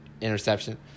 interception